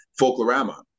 Folklorama